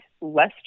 Less